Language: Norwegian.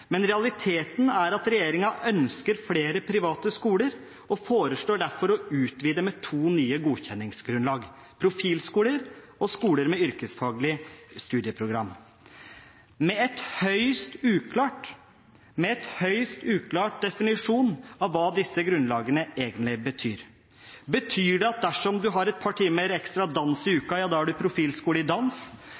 men realiteten er at regjeringen ønsker flere private skoler og derfor foreslår å utvide med to nye godkjenningsgrunnlag, profilskoler og skoler med yrkesfaglig studieprogram – med en høyst uklar definisjon av hva disse grunnlagene egentlig betyr. Betyr det at dersom man har et parti ekstra med dans i uka, er man profilskole i dans?